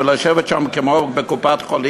לשבת שם כמו בקופת-חולים,